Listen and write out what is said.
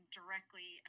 directly